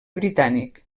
britànic